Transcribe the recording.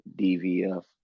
DVF